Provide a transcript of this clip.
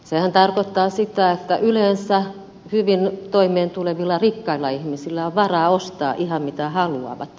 sehän tarkoittaa sitä että yleensä hyvin toimeentulevilla rikkailla ihmisillä on varaa ostaa ihan mitä haluavat